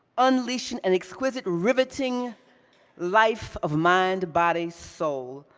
unleashing an exquisite, riveting life of mind, body, soul,